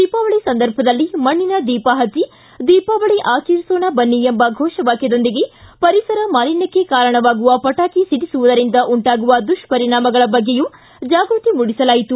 ದೀಪಾವಳಿ ಸಂದರ್ಭದಲ್ಲಿ ಮಣ್ಣಿನ ದೀಪ ಹಚ್ಚಿ ದೀಪಾವಳಿ ಆಚರಿಸೋಣ ಬನ್ನಿ ಎಂಬ ಫೋಷ ವಾಕ್ಯದೊಂದಿಗೆ ಪರಿಸರ ಮಾಲಿನ್ವಕ್ಷೆ ಕಾರಣವಾಗುವ ಪಟಾಕಿ ಸಿಡಿಸುವುದರಿಂದ ಉಂಟಾಗುವ ದುಪ್ಷರಿಣಾಮಗಳ ಬಗ್ಗೆಯೂ ಜಾಗೃತಿ ಮೂಡಿಸಲಾಯಿತು